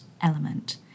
element